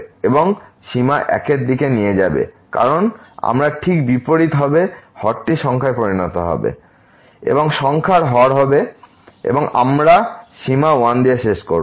এবং সীমা 1 এর দিকে নিয়ে যাবে কারণ এটি ঠিক বিপরীত হবে এবং হরটি সংখ্যায় পরিণত হবে এবং সংখ্যার হর হবে এবং আমরা সীমা 1 দিয়ে শেষ করব